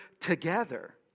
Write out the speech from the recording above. together